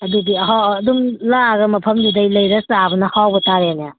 ꯑꯗꯨꯗꯤ ꯑꯍꯥꯎ ꯑꯗꯨꯝ ꯂꯥꯛꯑꯒ ꯃꯐꯝꯗꯨꯗꯒꯤ ꯂꯩꯔꯒ ꯆꯥꯕꯅ ꯍꯥꯎꯕ ꯇꯥꯔꯦꯅꯦ